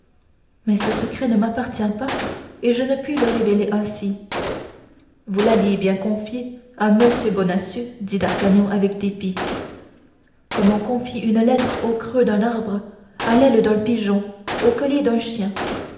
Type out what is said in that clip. mais ce secret ne m'appartient pas et je ne puis le révéler ainsi vous l'alliez bien confier à m bonacieux dit d'artagnan avec dépit comme on confie une lettre au creux d'un arbre à l'aile d'un pigeon au collier d'un chien